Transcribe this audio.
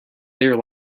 there